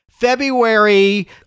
February